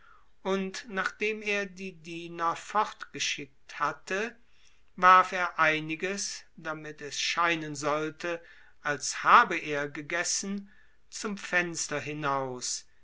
und nachdem er die diener fortgeschickt hatte warf er einiges damit es scheinen sollte als habe er gegessen zum fenster hinaus